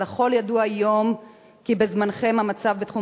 אבל לכול ידוע היום כי בזמנכם המצב בתחום